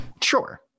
Sure